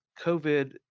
COVID